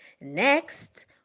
Next